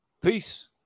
Peace